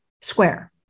square